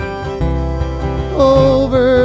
over